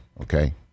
okay